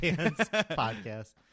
podcast